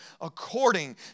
according